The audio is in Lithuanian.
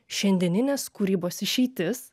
šiandieninės kūrybos išeitis